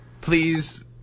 Please